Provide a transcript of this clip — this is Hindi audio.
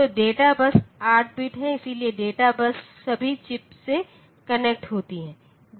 तो डेटा बस 8 बिट है इसलिए डेटा बस सभी चिप्स से कनेक्ट होती है